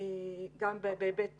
גם בהיבט טיפולי,